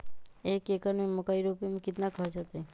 एक एकर में मकई रोपे में कितना खर्च अतै?